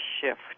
shift